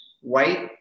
White